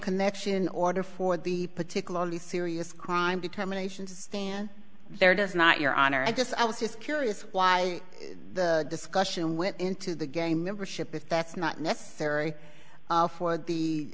connection in order for the particularly serious crime determination to stand there does not your honor i just i was just curious why the discussion went into the game membership if that's not necessary for the